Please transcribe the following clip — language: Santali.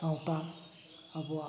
ᱥᱟᱶᱛᱟ ᱟᱵᱚᱣᱟᱜ